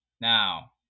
Now